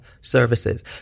services